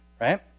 Right